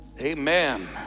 Amen